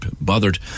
bothered